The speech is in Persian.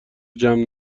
جمع